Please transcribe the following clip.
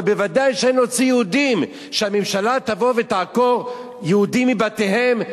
אבל ודאי שאין להוציא יהודים שהממשלה תבוא ותעקור יהודים מבתיהם,